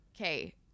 Okay